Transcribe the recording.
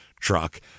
truck